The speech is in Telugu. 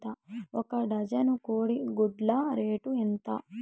ఒక డజను కోడి గుడ్ల రేటు ఎంత?